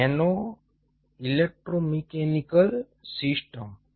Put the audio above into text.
nano electromechanical systems